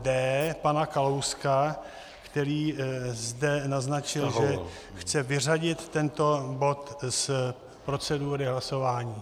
D, pana Kalouska, který zde naznačil, že chce vyřadit tento bod z procedury hlasování.